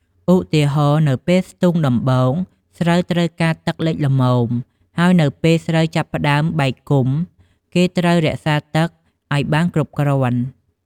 ឧទាហរណ៍ នៅពេលស្ទូងដំបូង ស្រូវត្រូវការទឹកលិចល្មម ហើយនៅពេលស្រូវចាប់ផ្ដើមបែកគុម្ព គេត្រូវរក្សាទឹកឱ្យបានគ្រប់គ្រាន់។